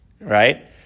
Right